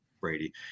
Brady